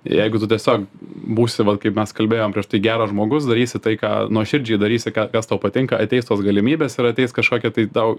jeigu tu tiesiog būsi kaip mes kalbėjom prieš tai geras žmogus darysi tai ką nuoširdžiai darysi ką kas tau patinka ateis tos galimybės ir ateis kažkokia tai tau